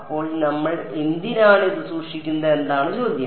അപ്പോൾ നമ്മൾ എന്തിനാണ് ഇത് സൂക്ഷിക്കുന്നത് എന്നതാണ് ചോദ്യം